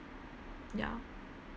ya